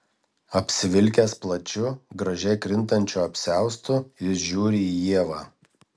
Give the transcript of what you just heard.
apsivilkęs plačiu gražiai krintančiu apsiaustu jis žiūri į ievą